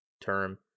term